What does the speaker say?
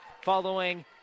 following